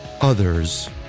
others